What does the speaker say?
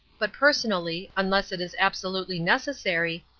but personally, unless it is absolutely necessary,